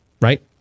Right